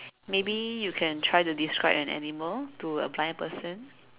maybe you can try to describe an animal to a blind person